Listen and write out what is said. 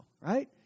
right